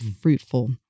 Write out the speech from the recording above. fruitful